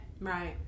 Right